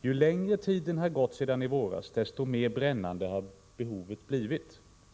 Ju längre tiden har gått sedan i våras, desto mera brännande har behovet blivit.